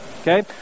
Okay